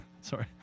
Sorry